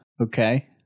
Okay